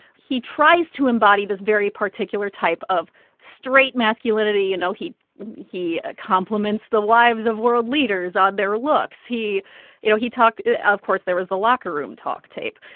he tries to embody this very particular type of straight masculinity. you know, he he compliments the wives of world leaders on their looks. he you know, he ah of course, there was the locker-room-talk tape.